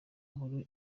nkuru